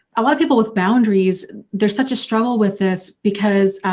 a lot of people with boundaries there's such a struggle with this because